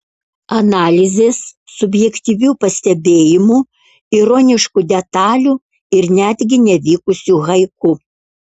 analizės subjektyvių pastebėjimų ironiškų detalių ir netgi nevykusių haiku